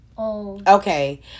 okay